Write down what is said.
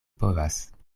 povas